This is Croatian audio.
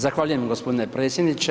Zahvaljujem gospodine predsjedniče.